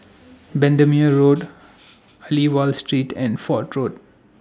Bendemeer Road Aliwal Street and Fort Road